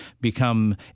become